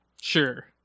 sure